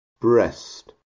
breast